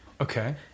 Okay